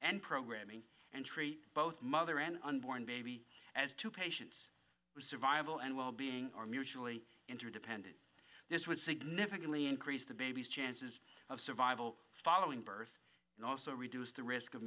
and programming and treat both mother and unborn baby as two patients survival and wellbeing are mutually interdependent this would significantly increase the baby's chances of survival following birth and also reduce the risk of